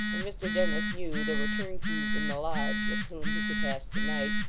and mr dennis knew there were turnkeys in the lodge with whom he could pass the night,